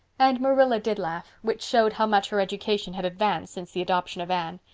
and marilla did laugh, which showed how much her education had advanced since the adoption of anne.